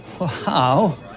Wow